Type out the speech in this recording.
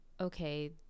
okay